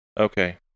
Okay